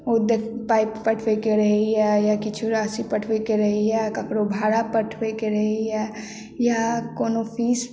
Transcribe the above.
पाय पठबैके रहैया या किछु राशि पठबै के रहैया या केकरो भाड़ा पठबैके रहैया कओनो फीस